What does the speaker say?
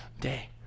day